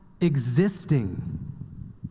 existing